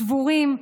שבורים,